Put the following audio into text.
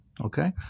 Okay